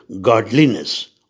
godliness